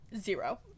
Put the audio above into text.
zero